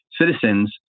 citizens